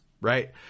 right